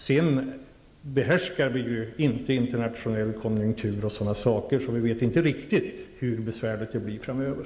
Men vi behärskar inte internationell konjunktur och sådana saker, så vi vet inte riktigt hur besvärligt det blir framöver.